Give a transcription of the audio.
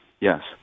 Yes